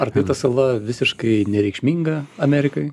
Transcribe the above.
ar tai ta sala visiškai nereikšminga amerikai